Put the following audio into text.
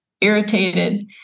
irritated